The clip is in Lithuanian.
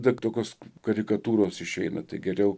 degtukus karikatūros išeina tai geriau